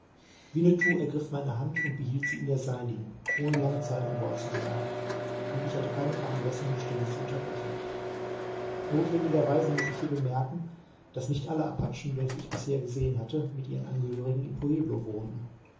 winnetou ergriff meine hand und behielt sie in der seinigen ohne lange zeit ein wort zu sagen und ich hatte keine veranlassung die stille zu unterbrechen notwendigerweise muß ich hier bemerken daß nicht alle apachen welche ich bisher gesehen hatte mit ihren angehörigen im pueblo wohnten